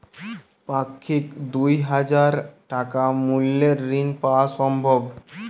পাক্ষিক দুই হাজার টাকা মূল্যের ঋণ পাওয়া সম্ভব?